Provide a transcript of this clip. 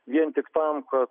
vien tik tam kad